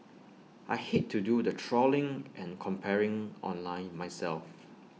I hate to do the trawling and comparing online myself